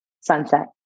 Sunset